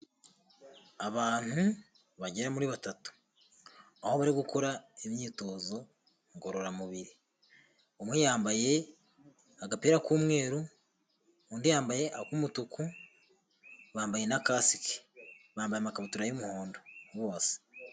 Abantu bagera muri batatu aho bari gukora imyitozo ngororamubiri, umwe yambaye agapira k'umweru undi yambaye ak'umutuku bambaye na kasiki bambaye amakabutura y'umuhondo bose.